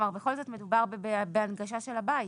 כלומר בכל זאת מדובר בהנגשה של הבית.